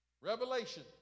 Revelation